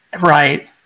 Right